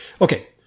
Okay